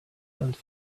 and